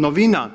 Novina